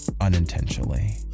unintentionally